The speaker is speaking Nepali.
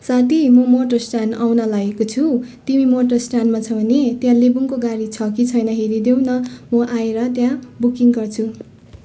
साथी म मोटर स्ट्यान्ड आउन लागेको छु तिमी मोटर स्ट्यान्डमा छौ नि त्यहाँ लेबोङको गाडी छ कि छैन हेरिदेऊ न म आएर त्यहाँ बुकिङ गर्छु